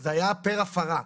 זה היה פר הפרה,